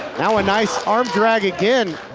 now a nice arm drag again.